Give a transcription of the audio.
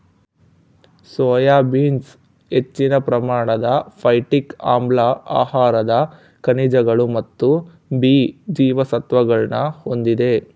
soya beans ಹೆಚ್ಚಿನ ಪ್ರಮಾಣದ phytic ಆಮ್ಲ ಆಹಾರದ ಖನಿಜಗಳು ಮತ್ತು ಬಿ ಜೀವಸತ್ವಗುಳ್ನ ಹೊಂದಿದೆ